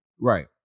Right